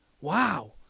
Wow